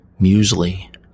muesli